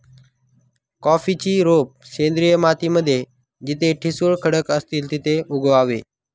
कॉफीची रोप सेंद्रिय माती मध्ये जिथे ठिसूळ खडक असतील तिथे उगवावे